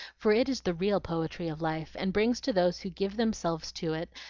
for it is the real poetry of life, and brings to those who give themselves to it,